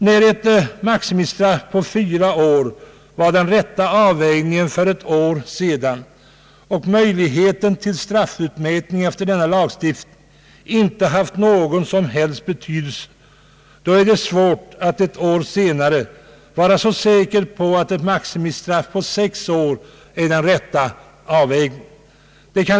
När ett maximistraff på fyra år ansågs vara rätt avvägt för ett år sedan och möjligheten till straffutmätning efter denna lagstiftning inte haft någon som helst betydelse, då är det svårt att ett år senare vara säker på att ett maximistraff om sex år är den rätta avvägningen.